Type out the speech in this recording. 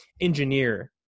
engineer